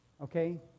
Okay